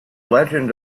legend